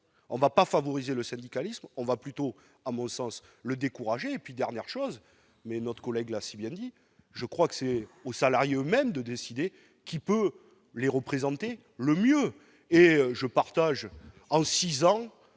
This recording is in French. on va pas favoriser le syndicalisme, on va plutôt, à mon sens le décourager et puis dernière chose mais notre collègue l'a si bien dit, je crois que c'est aux salariés eux-mêmes de décider qui peut les représenter le mieux et je partage en 6 ans,